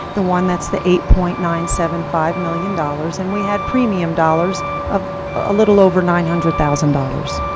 the one that's the eight point nine seven five million dollars. and we had premium dollars of a little over nine hundred thousand dollars.